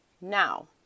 Now